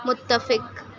متفق